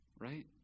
right